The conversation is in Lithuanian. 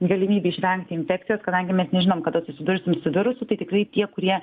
galimybių išvengti infekcijos kadangi mes nežinom kada susidursim su virusu tai tikrai tie kurie